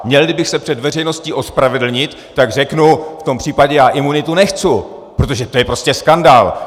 Mělli bych se před veřejností ospravedlnit, tak řeknu: v tom případě imunitu nechci, protože to je prostě skandál!